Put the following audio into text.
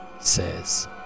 says